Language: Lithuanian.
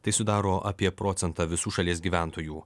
tai sudaro apie procentą visų šalies gyventojų